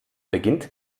beginnt